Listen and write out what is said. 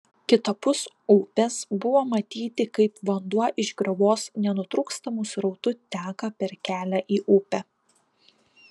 kitapus upės buvo matyti kaip vanduo iš griovos nenutrūkstamu srautu teka per kelią į upę